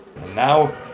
Now